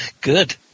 Good